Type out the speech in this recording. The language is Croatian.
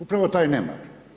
Upravo taj nemar.